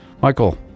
Michael